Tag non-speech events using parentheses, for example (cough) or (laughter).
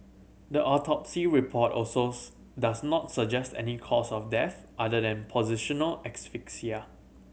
the autopsy report also (unintelligible) does not suggest any cause of death other than positional asphyxia